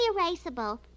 erasable